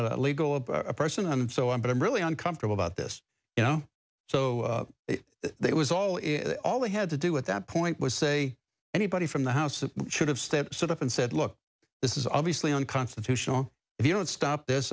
legal person and so i'm but i'm really uncomfortable about this you know so they it was all in all they had to do at that point was say anybody from the house that should have stepped up and said look this is obviously unconstitutional if you don't stop this